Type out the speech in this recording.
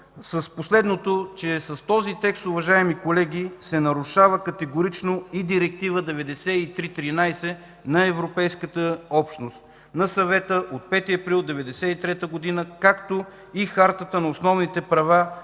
Приключвам. С този текст, уважаеми колеги, се нарушава категорично и Директива 93/13 на Европейската общност на Съвета от 5 април 1993 г., както и Хартата на основните права